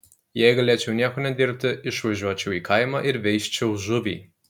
jei galėčiau nieko nedirbti išvažiuočiau į kaimą ir veisčiau žuvį